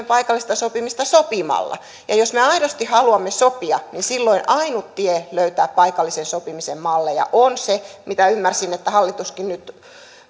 paikallista sopimista sopimalla ja jos me aidosti haluamme sopia niin silloin ainut tie löytää paikallisen sopimisen malleja on se ymmärsin että sitä hallituskin nyt